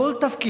כל תפקיד,